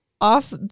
off